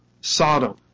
Sodom